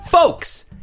Folks